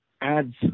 adds